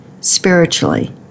spiritually